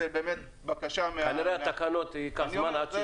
כנראה התקנות ייקחו זמן.